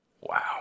Wow